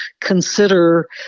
consider